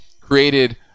created